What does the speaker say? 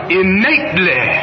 innately